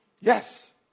Yes